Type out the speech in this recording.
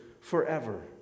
forever